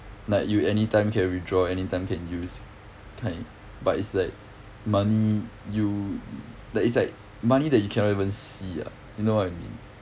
like you anytime can withdraw anytime can use kind but it's like money you like it's like money that you cannot even see ah you know what I mean